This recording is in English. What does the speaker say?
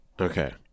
Okay